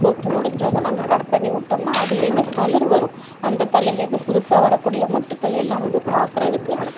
பூத்து முடிஞ்சதும் நாங்கள் கட் பண்ணி விட்டோம்னால் அதிலேருந்தே தளிர் வரும் அந்த தளிரில் இருந்து புதுசாக வரக்கூடிய மொட்டுக்கள் எல்லாம் வந்து பார்க்குறதுக்கு